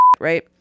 right